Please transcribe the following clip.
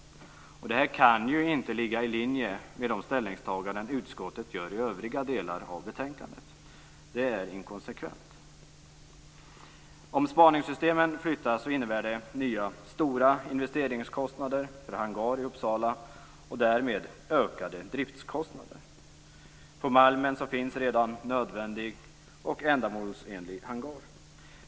Det kan inte ligga i linje med de ställningstaganden utskottet gör i övriga delar av betänkandet. Det är inkonsekvent. Om spaningssystemen flyttas innebär det nya, stora investeringskostnader för hangar i Uppsala och därmed ökade driftskostnader. På Malmen finns redan en nödvändig och ändamålsenlig hangar.